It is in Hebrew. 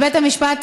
אבל בית המשפט,